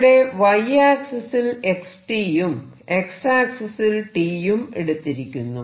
ഇവിടെ Y ആക്സിസിൽ x യും X ആക്സിസിൽ t യും എടുത്തിരിക്കുന്നു